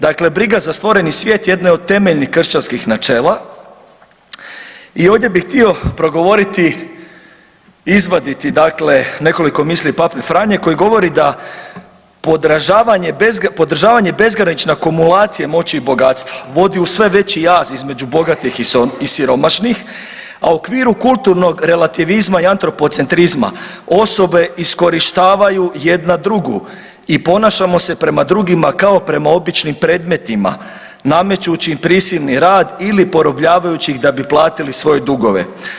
Dakle, briga za stvoreni svijet jedna je od temeljnih kršćanskih načela i ovdje bih htio progovoriti i izvaditi dakle nekoliko misli Pape Franje koji govori da podržavanje bezgranične akumulacije moći i bogatstva vodi u sve veći jaz između bogatih i siromašnih, a u okviru kulturnog relativizma i antropocentrizma osobe iskorištavaju jednu drugu i ponašamo se prema drugima kao prema običnim predmetima namećući im prisilni rad ili porobljavajući ih da bi platili svoje dugove.